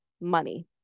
money